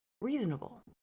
reasonable